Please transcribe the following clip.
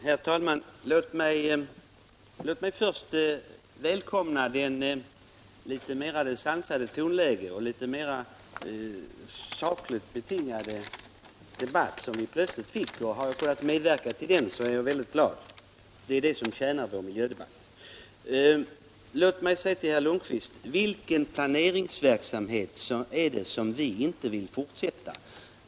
Herr talman! Låt mig först välkomna det litet mera sansade tonläge och den litet mera sakligt betingade debatt som vi plötsligt har fått. Har jag kunnat medverka till det är jag väldigt glad. Det tjänar vår miljödebatt. Jag vill fråga herr Lundkvist: Vilken planeringsverksamhet är det som vi inte vill fortsätta?